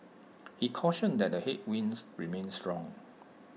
he cautioned that the headwinds remain strong